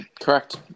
Correct